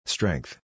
Strength